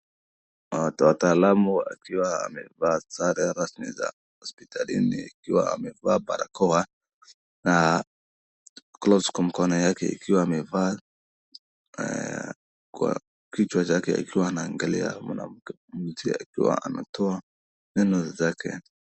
Wataalamu akiwa amevaa sare rasmi za hospitalini ikiwa amevaa barakoa na gloves kwa mkono yake ikiwa amevaa kwa kichwa chake akiwa anaangalia mwanamke akiwa ametoa meno zake.